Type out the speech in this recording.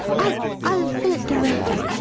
i'll i'll fill it directly.